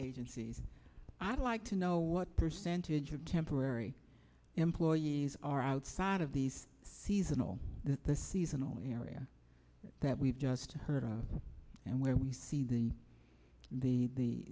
agencies i'd like to know what percentage of temporary employees are outside of these seasonal the seasonal area that we've just heard of and where we see the the